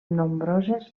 nombroses